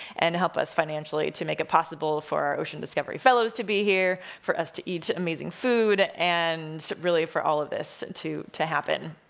and help us financially to make it possible for our ocean discovery fellows to be here, for us to eat amazing food, and really, for all of this to to happen.